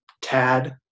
Tad